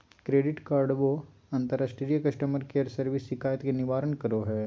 credit कार्डव्यू अंतर्राष्ट्रीय customer care service शिकायत के निवारण करो हइ